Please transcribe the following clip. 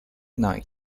night